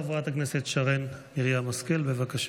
חברת הכנסת שרן מרים השכל, בבקשה.